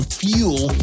fuel